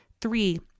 Three